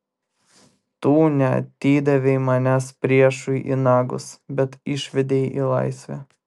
tu neatidavei manęs priešui į nagus bet išvedei į laisvę